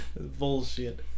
Bullshit